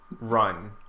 run